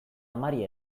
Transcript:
amari